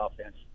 offense